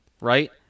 right